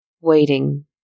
waiting